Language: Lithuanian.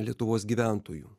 lietuvos gyventojų